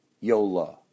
Yola